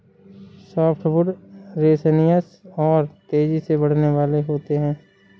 softwood resinous और तेजी से बढ़ने वाले होते हैं